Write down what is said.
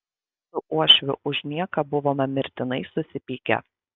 su uošviu už nieką buvome mirtinai susipykę